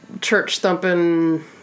church-thumping